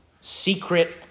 secret